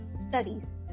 studies